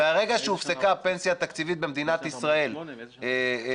מהרגע שהופסקה פנסיה תקציבית במדינת ישראל ובאופן